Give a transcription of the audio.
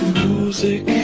music